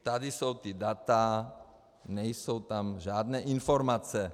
Tady jsou ta data, nejsou tam žádné informace.